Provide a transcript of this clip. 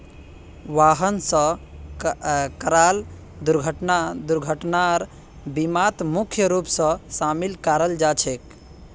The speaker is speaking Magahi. वाहन स कराल दुर्घटना दुर्घटनार बीमात मुख्य रूप स शामिल कराल जा छेक